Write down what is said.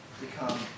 become